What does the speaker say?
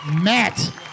Matt